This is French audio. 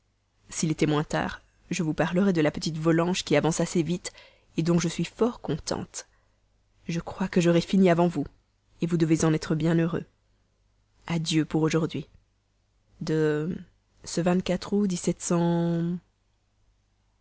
s'il était moins tard je vous parlerais de la petite volanges qui avance assez vite dont je suis fort contente je crois que j'aurai fini avant vous vous devez en être bien honteux adieu pour aujourd'hui de ce